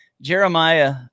Jeremiah